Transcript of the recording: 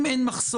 אם יהיו עוד